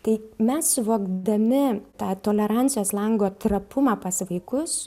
tai mes suvokdami tą tolerancijos lango trapumą pas vaikus